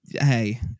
Hey